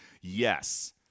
Yes